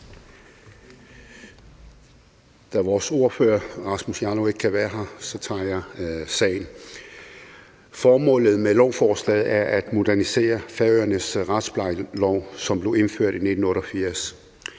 Da vores ordfører, Rasmus Jarlov, ikke kan være her, tager jeg sagen. Formålet med lovforslaget er at modernisere Færøernes retsplejelov, som blev indført i 1988.